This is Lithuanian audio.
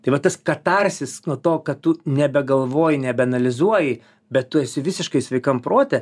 tai vat tas kartarsis nuo to kad tu nebegalvoji nebe analizuoji bet tu esi visiškai sveikam prote